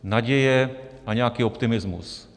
Naděje na nějaký optimismus.